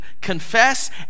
confess